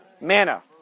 Manna